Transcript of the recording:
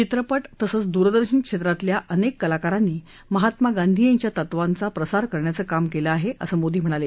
वित्रपट तसंच दूरदर्शन क्षेत्रातल्या अनेक कलाकांरानी महात्मा गांधी यांच्या तत्वांचा प्रसार करण्याचं काम केलं आहे असं मोदी म्हणाले